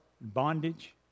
bondage